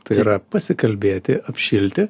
tai yra pasikalbėti apšilti